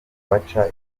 baca